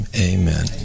Amen